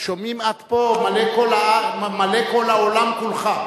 שומעים עד פה, מלא כל האולם קולך.